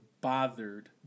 bothered